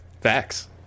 Facts